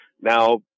now